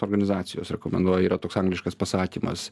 organizacijos rekomenduoja yra toks angliškas pasakymas